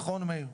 נכון מאיר?